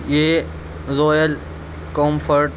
یہ royal comfort